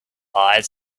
eyes